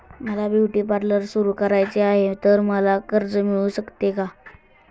मला beauty parlour सुरू करायचे आहे तर मला कर्ज मिळू शकेल का?